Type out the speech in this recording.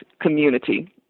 community